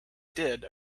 did